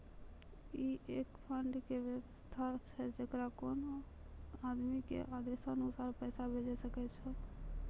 ई एक फंड के वयवस्था छै जैकरा कोनो आदमी के आदेशानुसार पैसा भेजै सकै छौ छै?